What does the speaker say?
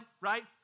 right